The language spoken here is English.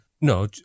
No